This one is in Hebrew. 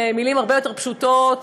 במילים הרבה יותר פשוטות,